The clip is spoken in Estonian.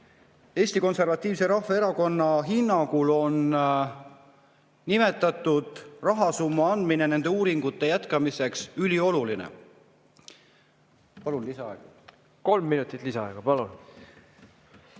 Eesti Konservatiivse Rahvaerakonna hinnangul on nimetatud rahasumma andmine nende uuringute jätkamiseks ülioluline. Palun lisaaega! Kolm minutit lisaaega, palun!